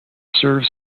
serve